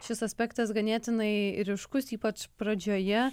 šis aspektas ganėtinai ryškus ypač pradžioje